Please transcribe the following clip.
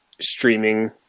streaming